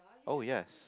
oh yes